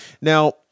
Now